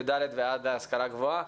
י"ד ועד ההשכלה הגבוהה.